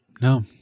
No